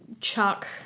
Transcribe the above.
Chuck –